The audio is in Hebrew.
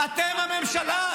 אתם הממשלה.